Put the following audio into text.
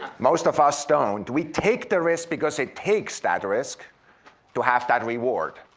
most of us don't, we take the risk because it takes that risk to have that reward,